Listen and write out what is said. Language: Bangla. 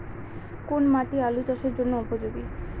কোন মাটি আলু চাষের জন্যে উপযোগী?